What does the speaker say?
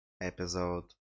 episode